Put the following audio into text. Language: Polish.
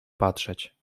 patrzeć